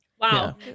Wow